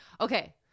Okay